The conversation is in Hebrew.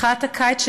מחאת הקיץ,